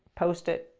post it,